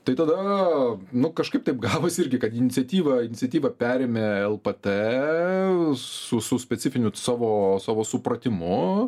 tai tada nu kažkaip taip gavosi irgi kad iniciatyvą iniciatyvą perėmė lpt su su specifiniu savo savo supratimu